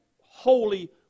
holy